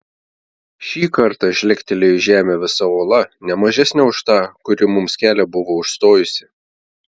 šį kartą žlegtelėjo į žemę visa uola ne mažesnė už tą kuri mums kelią buvo užstojusi